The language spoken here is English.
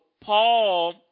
Paul